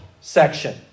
section